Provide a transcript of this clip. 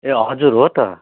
ए हजुर हो त